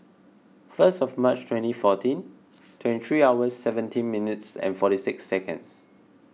first of March twenty fourteen twenty three hours seventeen minutes and forty six seconds